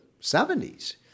70s